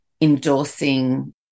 endorsing